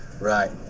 right